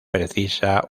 precisa